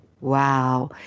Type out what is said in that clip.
Wow